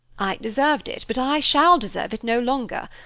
i deserved it, but i shall deserve it no longer.